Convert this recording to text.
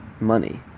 money